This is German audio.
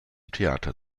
theater